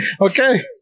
okay